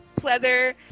pleather